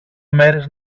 μέρες